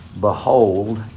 Behold